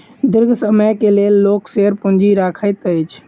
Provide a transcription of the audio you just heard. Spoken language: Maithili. दीर्घ समय के लेल लोक शेयर पूंजी रखैत अछि